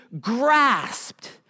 grasped